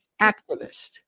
activist